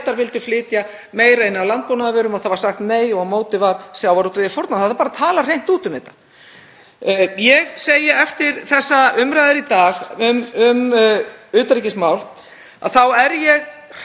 Bretar vildu flytja meira inn af landbúnaðarvörum. Það var sagt nei og á móti var sjávarútvegi fórnað, það þarf bara að tala hreint út um þetta. Ég segi eftir þessa umræðu í dag um utanríkismál að þá er ég